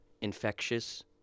infectious